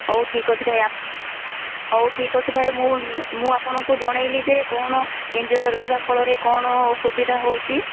ହଉ ଠିକ୍ ଅଛି ଭାଇ ହଉ ଠିକ୍ ଅଛି ଭାଇ ମୁଁ ମୁଁ ଆପଣଙ୍କୁ ଜଣାଇଲି ଯେ କ'ଣ ଏନ୍ଜିଓରେ ରହିବା ଫଳରେ କ'ଣ ସୁବିଧା ହେଉଛି